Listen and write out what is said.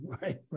Right